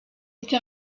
été